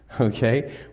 okay